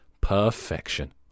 Perfection